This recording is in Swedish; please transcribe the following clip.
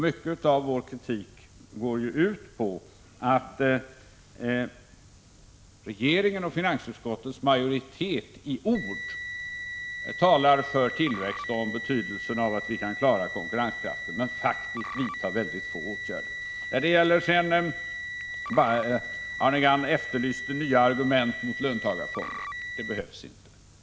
Mycket av vår kritik går ju ut på att regeringen och finansutskottets majoritet i ord är för tillväxt och att man inser betydelsen av att vi kan klara konkurrenskraften, men att man faktiskt vidtar mycket få åtgärder. Arne Gadd efterlyste nya argument mot löntagarfonder. Det behövs inte.